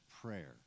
prayer